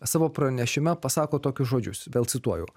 savo pranešime pasakot tokius žodžius vėl cituoju